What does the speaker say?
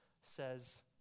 says